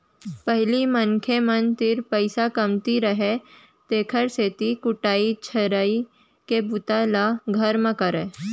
पहिली मनखे मन तीर पइसा कमती रहय तेकर सेती कुटई छरई के बूता ल घरे म करयँ